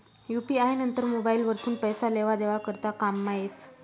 UPI number mobile वरथून पैसा लेवा देवा करता कामंमा येस